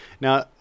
Now